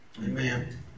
Amen